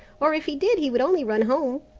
or if he did he would only run home.